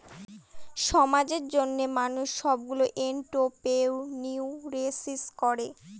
সমাজের জন্য মানুষ সবগুলো এন্ট্রপ্রেনিউরশিপ করে